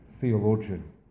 theologian